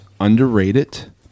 underrated